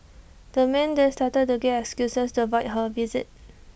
the man then started to give excuses to avoid her visit